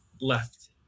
left